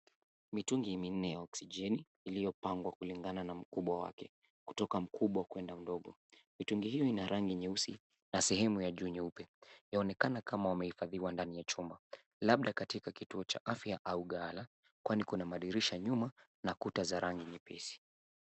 Mitungi minne ya oksijeni iliyo pangwa kulingana na mkubwa wake, kutoka mkubwa kwenda mdogo. Mitungi hio ina rangi nyeusi na sehemu ya juu nyeupe. Yaonekana kama wameifadhiwa ndani ya chumba, labda katika kituo cha afya au ghala , kwani kuna madirisha nyuma na kuta za rangi nyepesi.